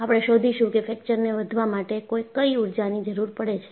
આપણે શોધીશું કે ફ્રેક્ચરને વધવા માટે કઈ ઊર્જા ની જરૂર પડે છે